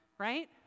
Right